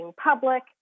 public